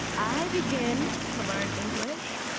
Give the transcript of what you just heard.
i begin to learn english